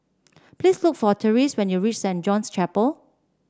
please look for Therese when you reach Saint John's Chapel